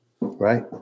Right